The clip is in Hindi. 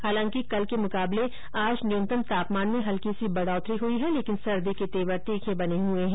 हालांकि कल के मुकाबले आज न्यूनतम तापमान में हल्की सी बढ़ोतरी हई है लेकिन सर्दी के तेवर तीखे बने हए है